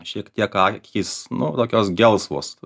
šiek tiek akys nu tokios gelsvos